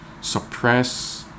suppress